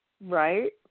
Right